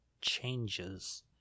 changes